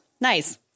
Nice